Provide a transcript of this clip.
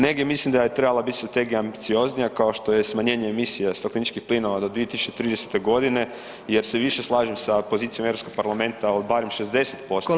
Negdje mislim da je trebala bit strategija ambicioznija kao što je smanjenje emisija stakleničkih plinova do 2030. g. jer se više slažem sa pozicijom Europskog parlamenta od barem 60%